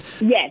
Yes